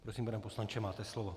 Prosím, pane poslanče, máte slovo.